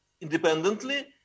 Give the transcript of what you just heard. independently